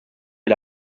est